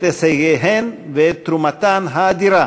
את הישגיהן ואת תרומתן האדירה